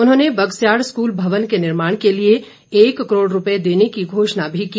उन्होंने बगस्याड़ स्कूल भवन के निर्माण के लिए एक करोड़ रुपये देने की घोषणा भी की